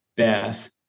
Beth